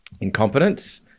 incompetence